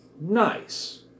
nice